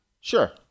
Sure